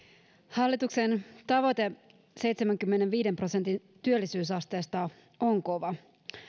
hallituksen tavoite seitsemänkymmenenviiden prosentin työllisyysasteesta on kova